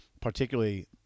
Particularly